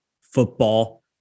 football